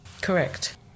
correct